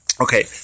Okay